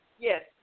Yes